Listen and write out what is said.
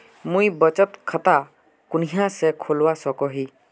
मुई बचत खता कुनियाँ से खोलवा सको ही?